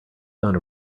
sound